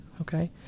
Okay